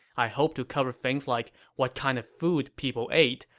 i hope to cover things like what kind of food people ate,